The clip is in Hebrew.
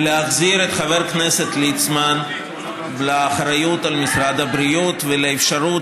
להחזיר את חבר הכנסת ליצמן לאחריות על משרד הבריאות ולאפשרות